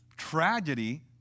tragedy